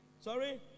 Sorry